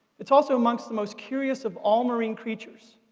it's also amongst the most curious of all marine creatures.